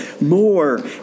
more